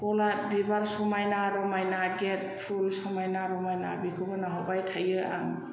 गलाब बिबार समायना रमायना गेट फुल समायना रमायना बिखौबो नाहरबाय थायो आं